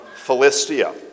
Philistia